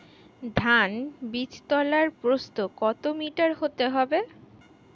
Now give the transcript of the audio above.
ধান বীজতলার প্রস্থ কত মিটার হতে হবে?